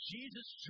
Jesus